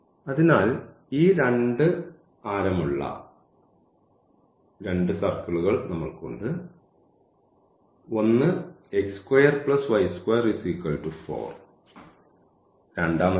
അതിനാൽ ഈ രണ്ട് ആരം ഉള്ള ഞങ്ങൾക്ക് രണ്ട് സർക്കിളുകളുണ്ട് ഒന്ന് രണ്ടാമത്തേത്